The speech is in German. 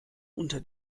unter